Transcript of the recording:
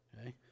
Okay